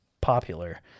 popular